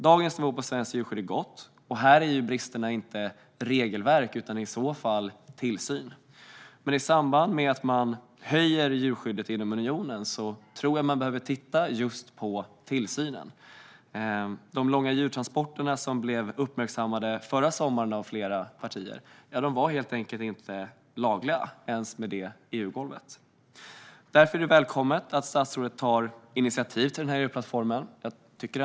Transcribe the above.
Dagens nivå på svenskt djurskydd är god, och bristerna handlar inte om regelverk utan om tillsyn. Men i samband med att man höjer nivån på djurskyddet inom unionen tror jag att man behöver titta på just tillsynen. De långa djurtransporterna, som uppmärksammades av flera partier förra sommaren, var helt enkelt inte lagliga - inte ens med detta EU-golv. Därför är det välkommet att statsrådet tar initiativ till den här EU-plattformen.